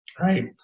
right